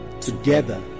together